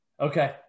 Okay